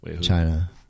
China